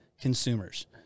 consumers